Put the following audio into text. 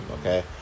okay